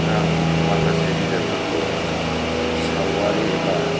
आं माखासे बिजाबफोरखौ सावगारि एबा